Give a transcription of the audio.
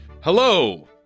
Hello